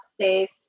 safe